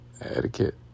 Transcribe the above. etiquette